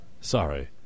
Sorry